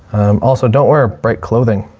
also don't wear ah bright clothing.